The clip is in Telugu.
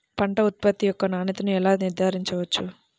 పంట ఉత్పత్తి యొక్క నాణ్యతను ఎలా నిర్ధారించవచ్చు?